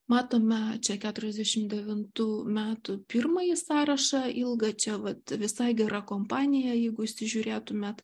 matome čia keturiasdešimt devintų metų pirmąjį sąrašą ilgą čia vat visai gera kompanija jeigu įsižiūrėtumėt